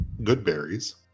Goodberries